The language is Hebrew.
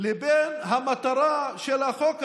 לבין המטרה של החוק הזה,